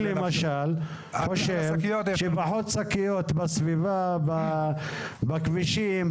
אני למשל חושב שפחות שקיות בסביבה בכבישים,